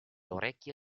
orecchie